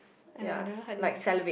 I have never heard this before